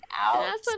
out